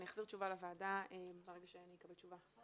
אני אחזיר תשובה לוועדה ברגע שאני אקבל תשובה.